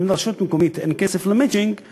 אם לרשות המקומית אין כסף למצ'ינג היא